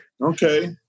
Okay